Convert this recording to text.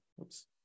Oops